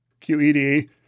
QED